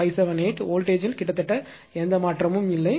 98578 voltage த்தில் கிட்டத்தட்ட எந்த மாற்றமும் இல்லை